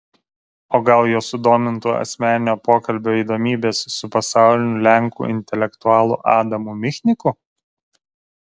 o gal juos sudomintų asmeninio pokalbio įdomybės su pasauliniu lenkų intelektualu adamu michniku